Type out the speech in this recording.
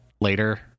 later